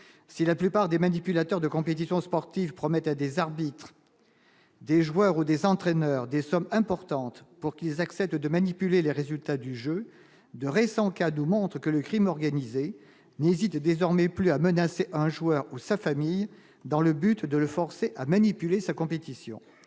Si la plupart des manipulateurs de compétitions sportives promettent à des arbitres, des joueurs ou des entraîneurs, des sommes importantes pour qu'ils acceptent de manipuler les résultats du jeu de récents cadeaux montrent que le Crime organisé, mais il est désormais plus a menacé un joueur ou sa famille dans le but de le forcer à manipuler sa compétition